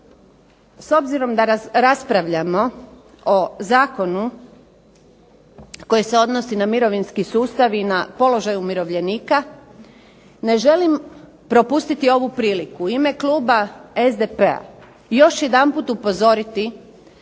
S obzirom da raspravljamo o zakonu koji se odnosi na mirovinski sustav i položaj umirovljenika, ne želim propustiti ovu priliku u ime Kluba SDP-a još jedanput upozoriti